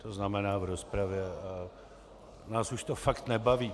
To znamená v rozpravě a nás už to fakt nebaví.